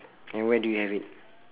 and where did you have it